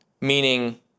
meaning